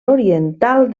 oriental